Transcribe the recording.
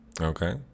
Okay